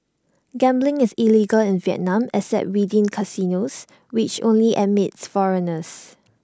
gambling is illegal in Vietnam except within casinos which only admit foreigners